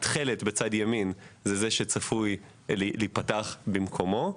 התכלת בצד ימין הוא מה שצפוי להיפתח במקומו.